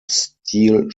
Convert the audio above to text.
steel